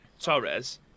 Torres